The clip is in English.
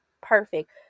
perfect